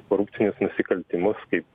korupcinius nusikaltimus kaip